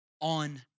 on